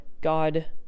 god